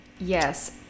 yes